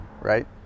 right